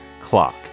clock